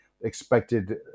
expected